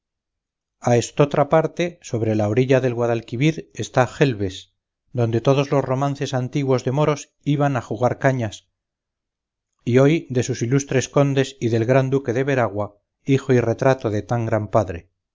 a estotra parte sobre la orilla de guadalquivir está gelves donde todos los romances antiguos de moros iban a jugar cañas y hoy de sus ilustres condes y del gran duque de veragua hijo y retrato de tan gran padre